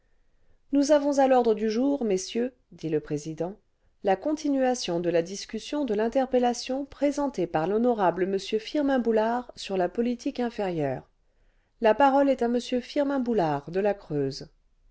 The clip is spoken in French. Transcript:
nous avons à l'ordre du jour messieurs dit le président la continuation de la discussion de l'interpellation présentée par l'honorable m firmin boulard sur la politique intérieure la parole est à m eirmin boulard de la creuse